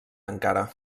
encara